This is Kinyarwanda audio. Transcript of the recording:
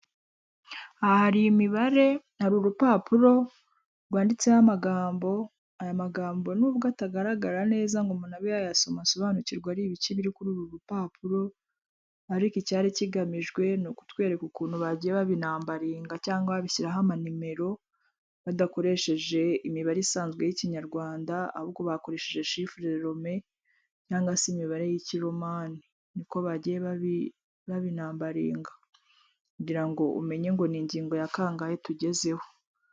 Aha hari imibare hari urupapuro rwanditseho amagambo aya magambo nubwo atagaragara neza ngo umuntube yayasoma asobanukirwa ari ibice biri kuri uru rupapuro ariko icyari kigamijwe ni ukutwereka ukuntu bagiye babinambariga cyangwa babishyiraraho ama nimero badakoresheje imibare isanzwe y'ikinyarwanda ahubwo bakoresheje shifure rome cyangwa se imibare y'ikiromanani niko bagiye babinambarenga kungira ngo umenye ngo ni ingingo ya kangahe tugezeho.